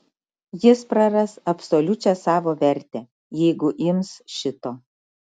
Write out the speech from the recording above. jis praras absoliučią savo vertę jeigu ims šito